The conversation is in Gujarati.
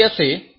ક્લોસિયસે R